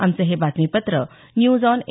आमचं हे बातमीपत्र न्यूज ऑन ए